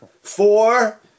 Four